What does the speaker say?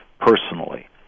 personally